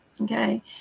Okay